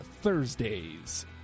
Thursdays